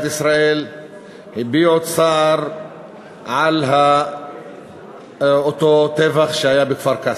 ישראל הביעו צער על הטבח שהיה בכפר-קאסם.